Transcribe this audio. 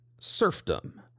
serfdom